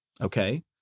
Okay